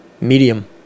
medium